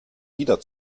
wieder